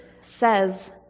says